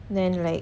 then like